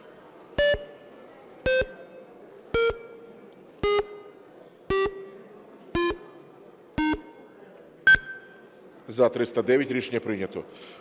За-312 Рішення прийнято.